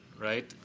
right